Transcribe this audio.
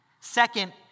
Second